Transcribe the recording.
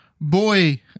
Boy